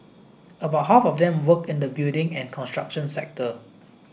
about half of them worked in the building and construction sector